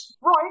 Right